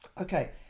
okay